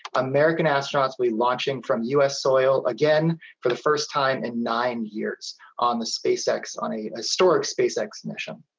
american astronauts will be launching from us soil again for the first time in nine years on the spacex on a historic spacex mission.